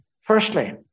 Firstly